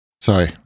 Sorry